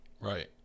Right